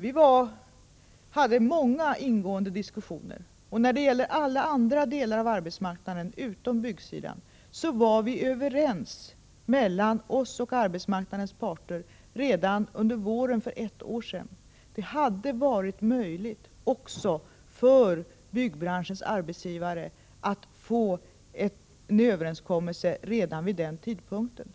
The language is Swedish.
Vi hade många ingående diskussioner, och när det gäller alla delar av arbetsmarknaden utom byggsidan var vi och arbetsmarknadens parter överens redan under våren för ett år sedan. Det hade varit möjligt också för byggbranschens arbetsgivare att träffa en överenskommelse vid den tidpunkten.